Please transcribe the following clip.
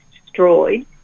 destroyed